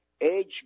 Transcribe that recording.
age